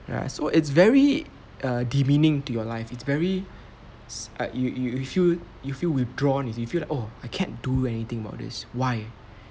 ya so it's very err demeaning to your life it's very ah you you you feel you feel withdrawn you see you feel that oh I can't do anything about this why